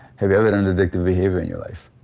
have you had an addictive behaviour in your life?